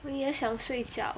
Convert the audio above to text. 我也想睡觉